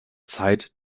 zeit